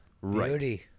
Right